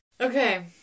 Okay